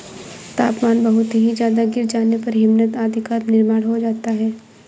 तापमान बहुत ही ज्यादा गिर जाने पर हिमनद आदि का निर्माण हो जाता है